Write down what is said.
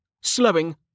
Slowing